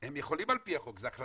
אני מבין שהחוק הזה הוא לתת אפשרות.